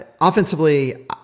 offensively